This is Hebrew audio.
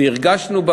והרגשנו,